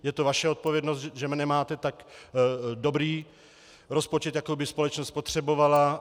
Je to vaše odpovědnost, že nemáte tak dobrý rozpočet, jak by společnost potřebovala.